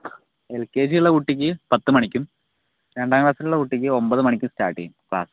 എൽകേജിയുള്ള കുട്ടിക്ക് പത്തുമണിക്കും രണ്ടാംക്ലാസ്സിലുള്ള കുട്ടിക്ക് ഒമ്പതുമണിക്കും സ്റ്റാർട്ട് ചെയ്യും ക്ലാസ്സ്